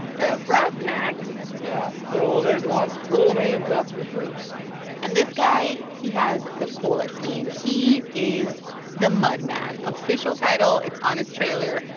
the roughnecks yeah. there's lots of cool names. that's for sure and this guy he has the coolest name. he is the mud man, official title. it's on his trailer.